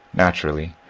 naturally,